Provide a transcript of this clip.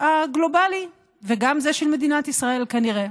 לעתיד הגלובלי, וגם זה של מדינת ישראל, כנראה.